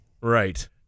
Right